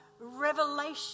revelation